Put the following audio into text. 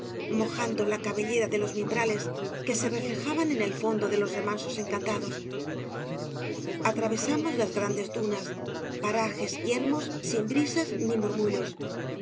mojando la cabellera de los mimbrales que se reflejaban en el fondo de los remansos encantados atravesábamos las grandes dunas parajes yermos obras de valle inclan sin brisas ni murmullos